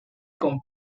con